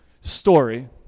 story